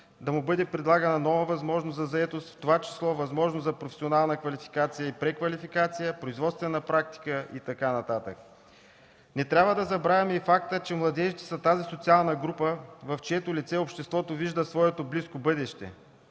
да му бъде предлагана нова възможност за заетост, в това число възможност за професионална квалификация и преквалификация, производствена практика и така нататък. Не трябва да забравяме и факта, че младежите са тази социална група, в чието лице обществото вижда своето близко бъдеще.